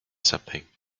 something